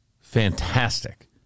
Fantastic